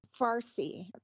Farsi